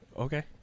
Okay